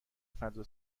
فضا